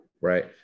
right